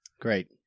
great